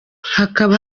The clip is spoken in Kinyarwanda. hakaba